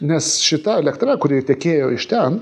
nes šita elektra kuri tekėjo iš ten